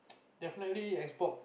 definitely X-Box